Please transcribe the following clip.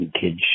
kids